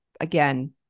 Again